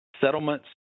settlements